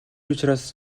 учраас